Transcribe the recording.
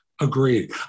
Agreed